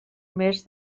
més